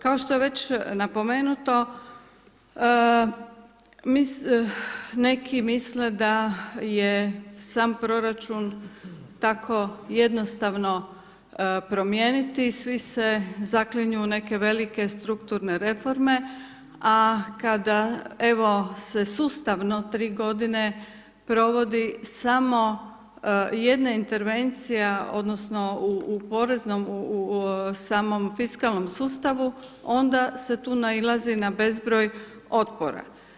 Kao što je već napomenuto neki misle da je sam proračun tako jednostavno promijeniti, svi se zaklinju u neke velike strukturne reforme a kada evo se sustavno 3 godine provodi samo jedna intervencija, odnosno u poreznom, samom fiskalnom sustavu onda se tu nailazi na bezbroj otpora.